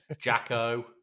Jacko